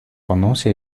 conoce